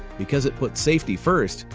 because it puts safety first,